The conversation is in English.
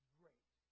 great